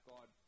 God